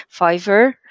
Fiverr